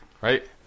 Right